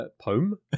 Poem